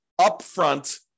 upfront